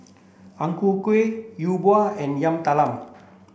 Ang Ku Kueh Yi Bua and Yam Talam